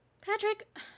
Patrick